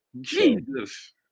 Jesus